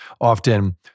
often